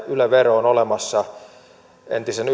yle vero olemassa entisen